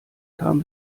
kam